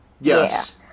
Yes